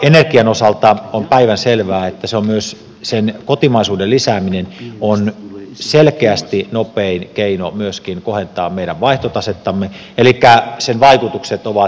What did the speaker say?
energian osalta on päivänselvää että myös sen kotimaisuuden lisääminen on selkeästi nopein keino kohentaa meidän vaihtotasettamme elikkä sen vaikutukset ovat moninkertaiset